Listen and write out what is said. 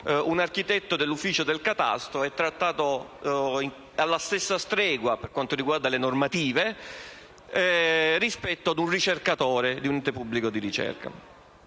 un architetto dell'ufficio del catasto è trattato alla stessa stregua, dal punto di vista normativo, di un ricercatore di un ente pubblico di ricerca.